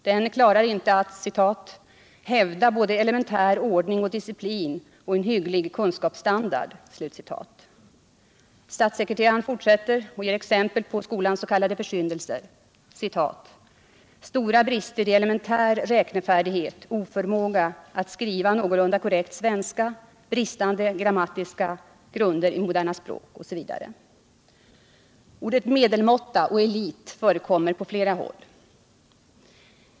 Den klarar inte att ”hävda både elementär ordning och disciplin och en hygglig kunskapsstandard”. Statssekreteraren fortsätter och ger exempel på skolans s.k. försyndelser: ”stora brister i även elementär räknefärdighet, oförmåga att skriva någorlunda korrekt svenska, bristande grammatiska grunder i moderna språk osv.” Orden medelmåtta och elit förekommer på flera håll.